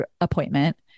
appointment